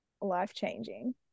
life-changing